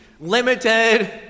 limited